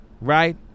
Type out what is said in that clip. Right